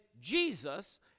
Jesus